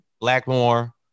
Blackmore